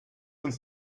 uns